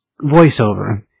voiceover